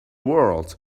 world